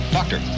Doctor